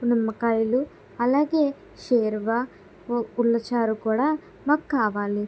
నిమ్మకాయలు అలాగే షేర్వా పుల్ల చారు కూడా మాకు కావాలి